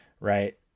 right